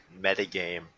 metagame